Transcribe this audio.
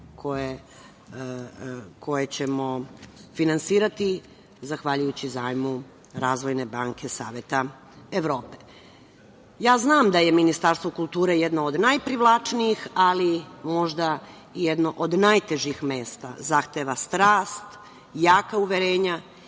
koje ćemo finansirati zahvaljujući zajmu Razvojne banke Saveta Evrope. Znam da je Ministarstvo kulture jedno od najprivlačnijih, ali možda i jedno od najtežih mesta. Zahteva strast, jaka uverenja